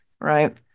right